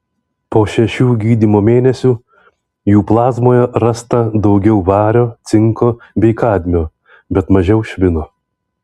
po šešių gydymo mėnesių jų plazmoje rasta daugiau vario cinko bei kadmio bet mažiau švino